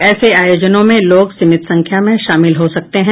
ऐसे आयोजनों में लोग सीमित संख्या में शामिल हो सकते हैं